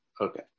Okay